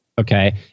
Okay